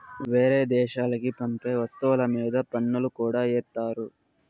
వేరే దేశాలకి పంపే వస్తువుల మీద పన్నులు కూడా ఏత్తారు